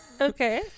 okay